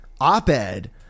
op-ed